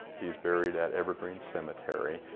he's buried at evergreen cemetery,